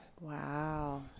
wow